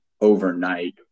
overnight